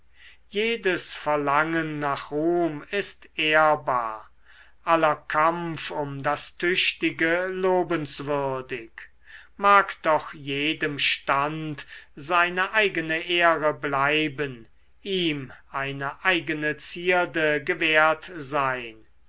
jedes verlangen nach ruhm ist ehrbar aller kampf um das tüchtige lobenswürdig mag doch jedem stand seine eigene ehre bleiben ihm eine eigene zierde gewährt sein